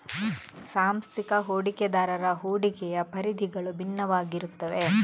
ಸಾಂಸ್ಥಿಕ ಹೂಡಿಕೆದಾರರ ಹೂಡಿಕೆಯ ಪರಿಧಿಗಳು ಭಿನ್ನವಾಗಿರುತ್ತವೆ